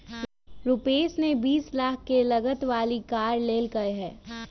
रूपश ने बीस लाख के लागत वाली कार लेल कय है